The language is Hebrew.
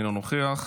אינו נוכח.